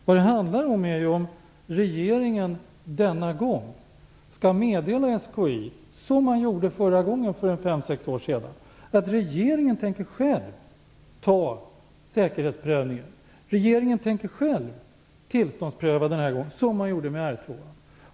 Vad det handlar om är ju om regeringen denna gång skall meddela SKI - som man gjorde förra gången, för fem sex år sedan - att regeringen själv tänker göra säkerhetsprövningen och tillståndspröva, som med Ringhals 2.